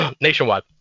nationwide